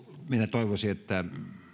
toivoisin että